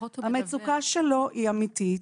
המצוקה שלו היא אמיתית,